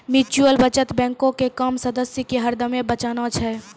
mutual बचत बैंको के काम सदस्य के हरदमे बचाना छै